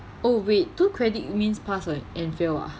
oh wait two credit means pass an~ and fail ah